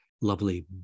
lovely